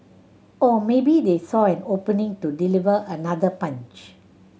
or maybe they saw an opening to deliver another punch